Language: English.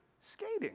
skating